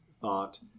thought